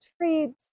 treats